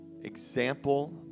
example